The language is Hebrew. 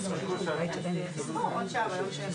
לנו איזה שהם בורות